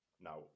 Now